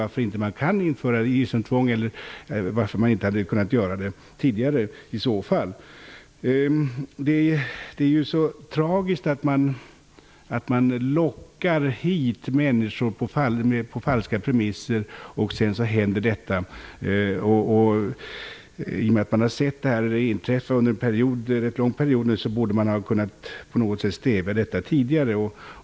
Varför kan man inte införa visumtvång? Om man kan det, varför har man inte gjort det tidigare? Det är tragiskt att människor lockas hit på falska premisser och att detta sedan händer. I och med att detta har förekommit under en ganska lång period borde man på något sätt ha kunnat stävja detta tidigare.